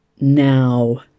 now